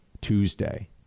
Tuesday